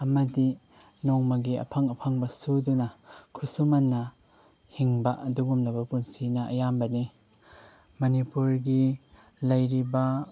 ꯑꯃꯗꯤ ꯅꯣꯡꯃꯒꯤ ꯑꯐꯪ ꯑꯐꯪꯕ ꯁꯨꯗꯨꯅ ꯈꯨꯁꯨꯃꯟꯅ ꯍꯤꯡꯕ ꯑꯗꯨꯒꯨꯝꯂꯕ ꯄꯨꯟꯁꯤꯅ ꯑꯌꯥꯝꯕꯅꯤ ꯃꯅꯤꯄꯨꯔꯒꯤ ꯂꯩꯔꯤꯕ